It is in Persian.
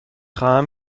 خواهم